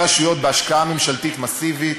לכמה רשויות, בהשקעה ממשלתית מסיבית,